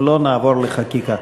אם לא, נעבור לחקיקה.